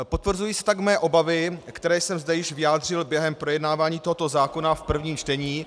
Potvrzují se tak mé obavy, které jsem zde již vyjádřil během projednávání tohoto zákona v prvním čtení